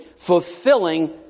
fulfilling